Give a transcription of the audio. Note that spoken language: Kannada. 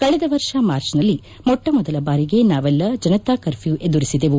ಕಳೆದ ವರ್ಷ ಮಾರ್ಚ್ನಲ್ಲಿ ಮೊಟ್ಟಮೊದಲ ಬಾರಿಗೆ ನಾವೆಲ್ಲ ಜನತಾ ಕರ್ಫ್ಯೂ ಎದುರಿಸಿದೆವು